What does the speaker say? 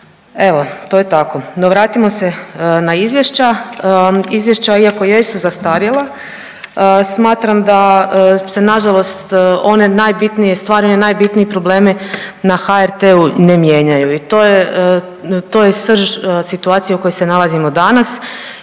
Evo, to je tako. No, vratimo se na izvješća. Izvješća, iako jesu zastarjela, smatram da se nažalost one najbitnije stvari, najbitniji problemi na HRT-u ne mijenjaju i to je, to je srž situacije u kojoj se nalazimo danas